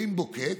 עין בוקק,